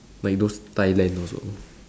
like those thailand also